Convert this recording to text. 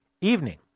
evening